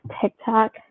TikTok